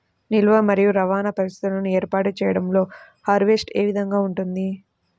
నిల్వ మరియు రవాణా పరిస్థితులను ఏర్పాటు చేయడంలో హార్వెస్ట్ ఏ విధముగా ఉంటుంది?